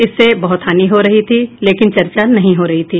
इससे बहुत हानि हो रही थी लेकिन चर्चा नहीं हो रही थी